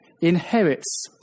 inherits